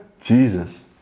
Jesus